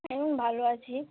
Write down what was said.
এখন ভালো আছি